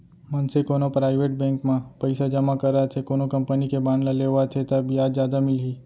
मनसे कोनो private bank म पइसा जमा करत हे कोनो कंपनी के बांड ल लेवत हे ता बियाज जादा मिलही